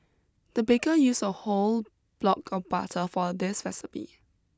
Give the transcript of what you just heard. the baker used a whole block of butter for this recipe